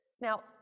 Now